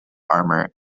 armour